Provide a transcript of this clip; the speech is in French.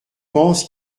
pense